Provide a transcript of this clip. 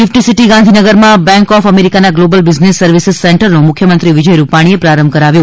gift City ગાંધીનગરમાં Bank of અમેરિકાના global business services સેન્ટરનો મુખ્યમંત્રી શ્રી વિજય રૂપાણીએ પ્રારંભ કરાવ્યો